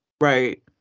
right